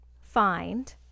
find